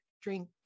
drink